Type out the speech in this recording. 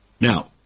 Now